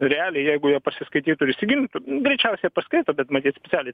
realiai jeigu jie pasiskaitytų ir įsigilintų greičiausiai jie paskaito bet matyt spicialiai